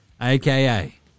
aka